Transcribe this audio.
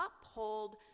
uphold